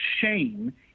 shame